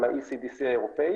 גם ה-ECDC האירופי,